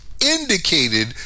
indicated